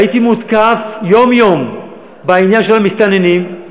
הותקפתי יום-יום בעניין של המסתננים,